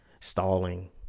stalling